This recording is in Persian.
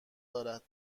دارد